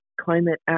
climate